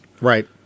Right